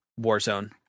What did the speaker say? Warzone